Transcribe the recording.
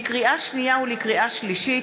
לקריאה שנייה ולקריאה שלישית,